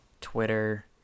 Twitter